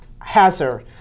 hazard